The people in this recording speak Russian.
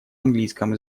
английском